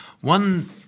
One